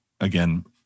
again